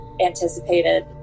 anticipated